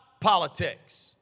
politics